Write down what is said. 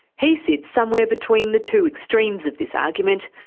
he sits somewhere between the two extremes of this argument.